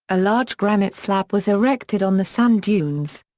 a large granite slab was erected on the sand dunes.